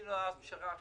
עשינו פשרה חצי-חצי,